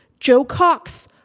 jo cox,